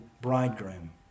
bridegroom